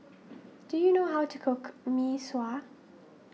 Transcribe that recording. do you know how to cook Mee Sua